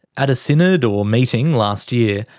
at a synod or meeting last year,